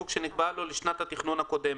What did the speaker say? ובעוד כמה שנים אפילו יהיו גם צווי סגירה.